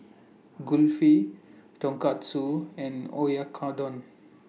Kulfi Tonkatsu and Oyakodon